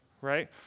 right